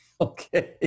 Okay